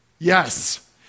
Yes